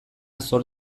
zor